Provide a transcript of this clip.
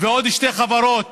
ובעוד שתי חברות